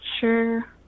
sure